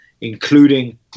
including